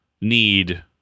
need